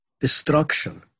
destruction